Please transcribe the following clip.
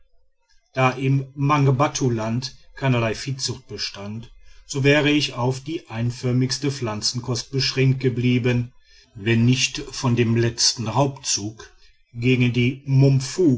da im mangbattuland keinerlei viehzucht bestand so wäre ich auf die einförmigste pflanzenkost beschränkt geblieben wenn nicht von dem letzten raubzug gegen die momfu